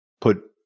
put